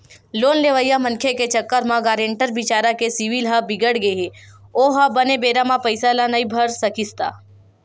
loan लेवइया मनखे के चक्कर म गारेंटर बिचारा के सिविल ह बिगड़गे हे ओहा बने बेरा म पइसा ल नइ भर सकिस त